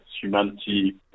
humanity